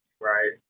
Right